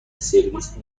سرویس